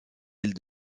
îles